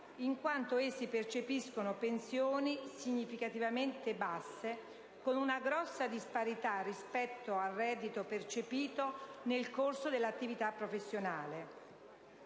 in quanto essi percepiscono pensioni significativamente basse con una grossa disparità rispetto al reddito percepito nel corso dell'attività professionale.